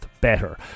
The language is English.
better